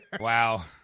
Wow